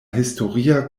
historia